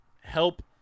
help